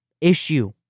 issue